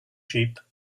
sheep